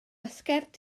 sgert